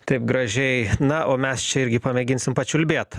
taip gražiai na o mes čia irgi pamėginsim pačiulbėt